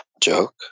joke